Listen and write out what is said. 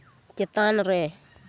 ᱪᱮᱛᱟᱱ ᱨᱮ